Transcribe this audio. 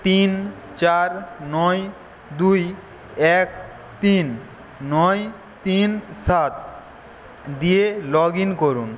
তিন চার নয় দুই এক তিন নয় তিন সাত দিয়ে লগ ইন করুন